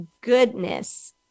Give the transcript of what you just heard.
goodness